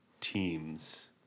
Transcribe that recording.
teams